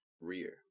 rear